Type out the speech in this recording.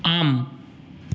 आम्